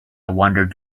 wandered